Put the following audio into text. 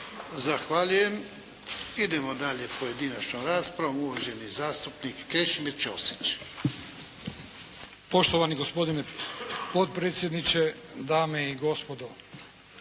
Zahvaljujem. Idemo dalje pojedinačnom raspravom. Uvaženi zastupnik Krešimir Ćosić. **Ćosić, Krešimir (HDZ)** Poštovani gospodine potpredsjedniče, dame i gospodo.